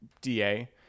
DA